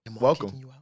Welcome